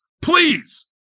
please